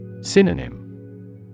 Synonym